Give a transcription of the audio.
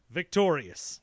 victorious